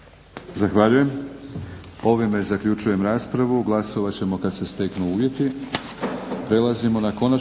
Zahvaljujem. Ovime zaključujem raspravu. Glasovat ćemo kad se steknu uvjeti.